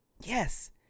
Yes